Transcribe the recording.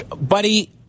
Buddy